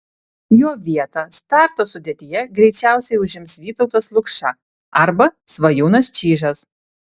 jo vietą starto sudėtyje greičiausiai užims vytautas lukša arba svajūnas čyžas